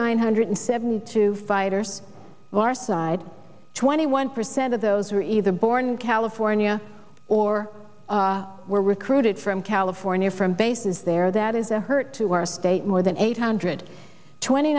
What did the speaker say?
nine hundred seventy two fighters garside twenty one percent of those were either born in california or were recruited from california from bases there that is a hurt to our state more than eight hundred twenty